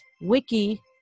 wiki